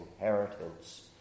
inheritance